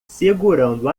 segurando